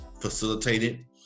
facilitated